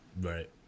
Right